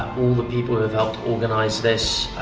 all the people who've helped organize this.